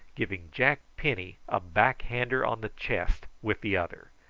giving jack penny a backhander on the chest with the other.